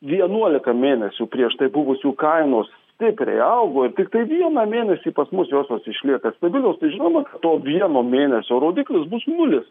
vienuolika mėnesių prieš tai buvusių kainos stipriai augo ir tiktai vieną mėnesį pas mus josios išlieka stabilios tai žinoma to vieno mėnesio rodiklis bus nulis